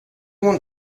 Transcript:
want